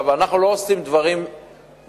אנחנו לא עושים דברים נגד,